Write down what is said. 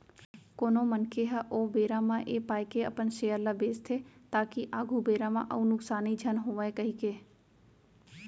कोनो मनखे ह ओ बेरा म ऐ पाय के अपन सेयर ल बेंचथे ताकि आघु बेरा म अउ नुकसानी झन होवय कहिके